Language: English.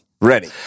Ready